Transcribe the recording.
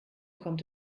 kommt